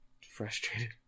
frustrated